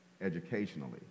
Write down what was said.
educationally